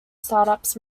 startups